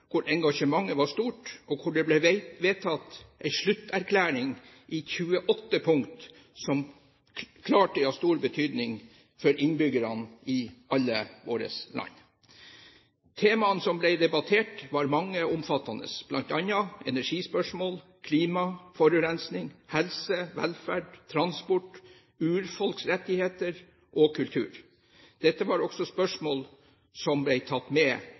hvor engasjementet var stort, og hvor det ble vedtatt en slutterklæring i 28 punkter, som klart er av stor betydning for innbyggerne i alle våre land. Temaene som ble debattert, var mange og omfattende, bl.a. energispørsmål, klima, forurensning, helse, velferd, transport, urfolks rettigheter og kultur. Dette var også spørsmål som ble tatt med